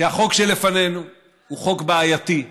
שהחוק שלפנינו הוא חוק בעייתי,